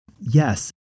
yes